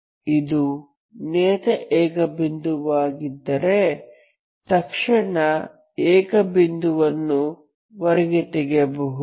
ಇದು ನಿಯತ ಏಕ ಬಿಂದುವಾಗಿದ್ದರೆ ತಕ್ಷಣ ಏಕ ಬಿಂದುವನ್ನು ಹೊರಗೆ ತೆಗೆಯಬಹುದು